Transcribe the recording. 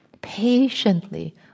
patiently